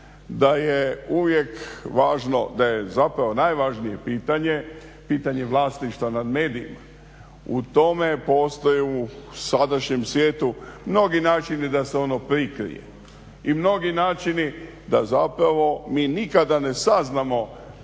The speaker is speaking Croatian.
da je uvijek važno, da je zapravo najvažnije pitanje pitanje vlasništva nad medijima. O tome postoje u sadašnjem svijetu mnogi načini da se ono prikrije i mnogi načini da zapravo mi nikada ne saznamo